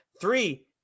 Three